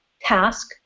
task